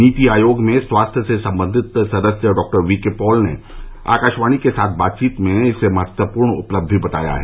नीति आयोग में स्वास्थ्य से संबंधित सदस्य डॉ वीके पॉल ने आकाशवाणी के साथ बातचीत में इसे महत्वपूर्ण उपलब्धि बताया है